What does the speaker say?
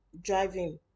driving